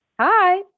Hi